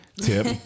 tip